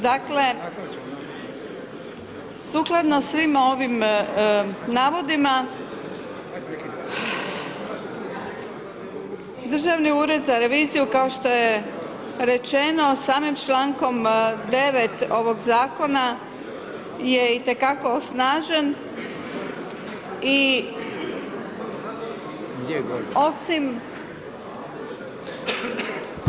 Dakle, sukladno svim ovim navodima Državni ured za reviziju kao što je rečeno, samim člankom 9. ovog zakona je itekako osnažen i osim